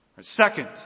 Second